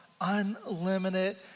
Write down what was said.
unlimited